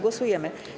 Głosujemy.